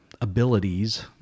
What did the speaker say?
abilities